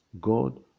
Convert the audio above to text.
God